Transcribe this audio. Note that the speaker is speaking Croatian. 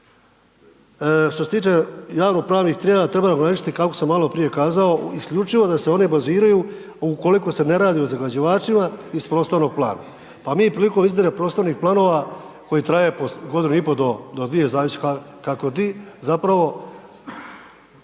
što se tiče javnopravnih tijela treba ograničiti kako sam malo prije kazao isključivo da se oni baziraju ukoliko se ne radi o zagađivačima iz prostornog plana. Pa mi prilikom izrade prostornih planova koji traje po godinu i pol do dvije zavisno kako gdje zapravo